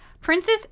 Princess